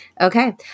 okay